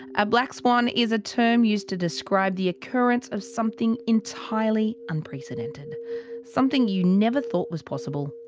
a black swan is a term used to describe the occurrence of something entirely unprecedented something you never thought was possible,